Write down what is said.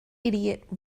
idiot